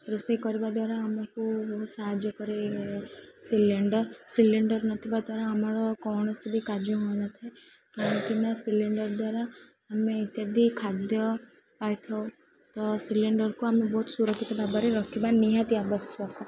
ରୋଷେଇ କରିବା ଦ୍ୱାରା ଆମକୁ ବହୁତ ସାହାଯ୍ୟ କରେ ସିଲିଣ୍ଡର ସିଲିଣ୍ଡର ନଥିବା ଦ୍ୱାରା ଆମର କୌଣସି ବି କାର୍ଯ୍ୟ ହୋଇନଥାଏ କାହିଁକି ନା ସିଲିଣ୍ଡର ଦ୍ୱାରା ଆମେ ଇତ୍ୟାଦି ଖାଦ୍ୟ ପାଇଥାଉ ତ ସିଲିଣ୍ଡରକୁ ଆମେ ବହୁତ ସୁରକ୍ଷିତ ଭାବରେ ରଖିବା ନିହାତି ଆବଶ୍ୟକ